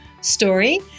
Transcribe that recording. story